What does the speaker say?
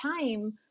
time